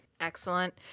Excellent